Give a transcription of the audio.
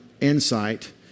insight